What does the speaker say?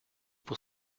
pour